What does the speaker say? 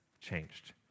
changed